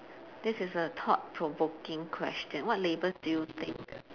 this is a thought provoking question what labels do you think